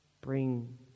bring